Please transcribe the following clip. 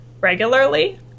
regularly